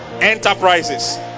enterprises